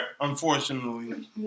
Unfortunately